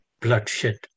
bloodshed